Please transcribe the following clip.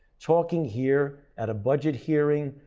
talking here at a budget hearing,